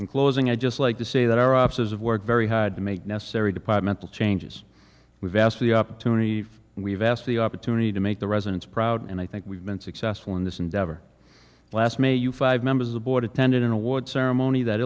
in closing i'd just like to say that our offices of work very hard to make necessary departmental changes we've asked the opportunity and we've asked the opportunity to make the residents proud and i think we've been successful in this endeavor last may you five members aboard attended an awards ceremony that